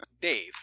Dave